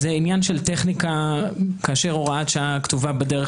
זה עניין של טכניקה כאשר הוראת שעה כתובה בדרך